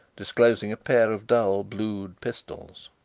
disclosing a pair of dull-blued pistols.